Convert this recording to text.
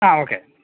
ങാ ഓക്കെ